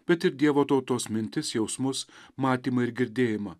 bet ir dievo tautos mintis jausmus matymą ir girdėjimą